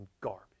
garbage